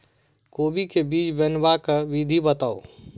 कोबी केँ बीज बनेबाक विधि बताऊ?